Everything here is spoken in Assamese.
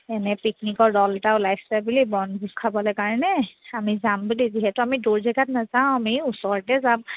এনেই পিকনিকৰ দল এটা ওলাইছে বুলি বনভোজ খাবলৈ কাৰণে আমি যাম বুলি যিহেতু আমি দূৰ জেগাত নাযাওঁ আমি ওচৰতে যাম